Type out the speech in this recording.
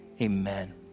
amen